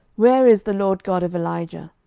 where is the lord god of elijah?